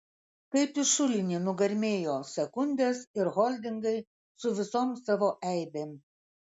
kaip į šulinį nugarmėjo sekundės ir holdingai su visom savo eibėm